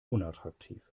unattraktiv